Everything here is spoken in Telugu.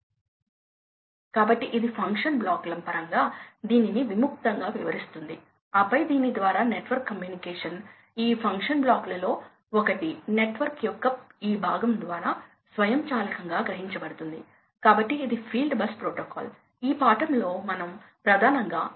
ఇది 40 కర్వ్ కాబట్టి ఇది వాస్తవానికి నాన్ లీనియర్ వైవిధ్యం ఎందుకంటే 50 నుండి 60 60 నుండి 75 వరకు క్రమంగా దగ్గరవుతోంది కాబట్టి 31 32 వంటిది ఉంది వాస్తవానికి ఇది కొద్దిగా తగ్గింది కాబట్టి ఈ విధంగా మీరు ఆ గణాంకాలను పొందుతారు